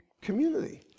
community